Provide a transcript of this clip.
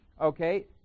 okay